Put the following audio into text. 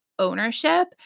ownership